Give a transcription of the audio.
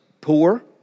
poor